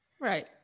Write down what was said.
right